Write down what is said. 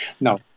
No